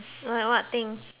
like what thing